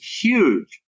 huge